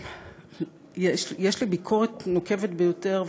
יש לי ביקורת נוקבת ביותר,